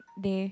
they